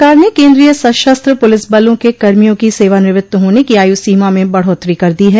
सरकार ने केन्द्रीय सशस्त्र पुलिस बलों के कर्मियों की सेवानिवृत्त होने की आयु सीमा में बढ़ोत्तरी कर दी है